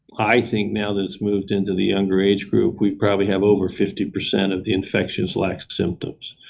i think now that it's moved into the younger age group we probably have over fifty percent of the infections lack symptoms.